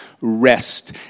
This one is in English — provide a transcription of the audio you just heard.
rest